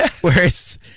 Whereas